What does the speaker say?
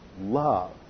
love